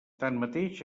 tanmateix